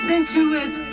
Sensuous